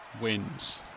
wins